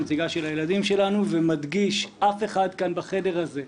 הצהרנו שאנחנו מתחייבים לטפל בזה.